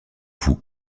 vous